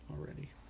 already